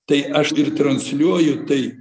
tai aš ir transliuoju tai